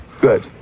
Good